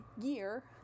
year